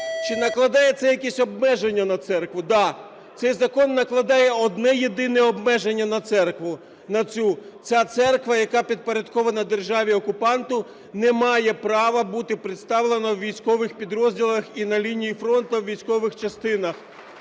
Чи накладає це якісь обмеження на церкву? Так, цей закон накладає одне-єдине обмеження на церкву на цю: ця церква, яка підпорядкована державі-окупанту, не має права бути представлена в військових підрозділах і на лінії фронту в військових частинах.